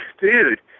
dude